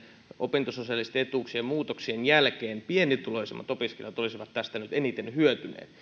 opintososiaalisten etuuksien muutoksien jälkeen pienituloisimmat opiskelijat olisivat tästä nyt eniten hyötyneet